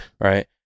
right